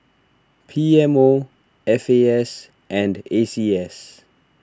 P M O F A S and A C S